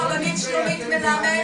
גברתי, היושבת ראש, מה המתווה?